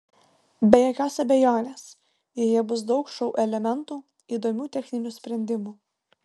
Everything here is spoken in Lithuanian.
be jokios abejonės joje bus daug šou elementų įdomių techninių sprendimų